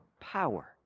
power